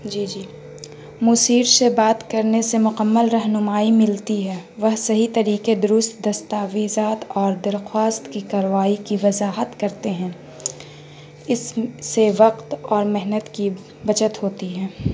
جی جی مصر سے بات کرنے سے مکمل رہنمائی ملتی ہے وہ صحیح طریقے درست دستاویزات اور درخوست کی کرروائی کی وضاحت کرتے ہیں اس سے وقت اور محنت کی بچت ہوتی ہے